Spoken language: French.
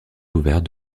couvert